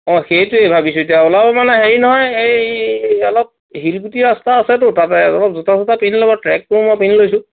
অ সেইটোৱে ভাবিছোঁ এতিয়া অলপ মানে হেৰি নহয় এই অলপ শিলগুটি ৰাস্তা আছেতো তাতে অলপ জোতা চোটা পিন্ধি ল'ব ট্ৰেকটো মই পিন্ধি লৈছোঁ